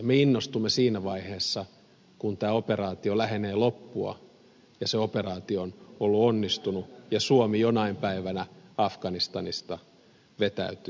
me innostumme siinä vaiheessa kun tämä operaatio lähenee loppua ja se operaatio on ollut onnistunut ja suomi jonain päivänä afganistanista vetäytyy